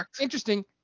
interesting